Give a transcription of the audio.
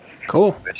cool